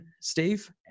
Steve